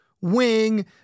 wing